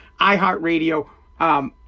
iHeartRadio